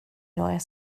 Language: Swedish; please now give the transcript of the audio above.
jag